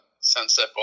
Sunset